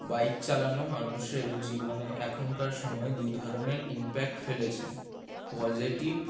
bike চালানো মানুষের জীবনে এখনকার সময় দু ধরনের ইমপ্যাক্ট ফেলেছে পজিটিভ